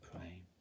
pray